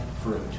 fruit